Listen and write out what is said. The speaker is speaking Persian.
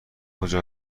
کجا